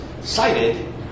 cited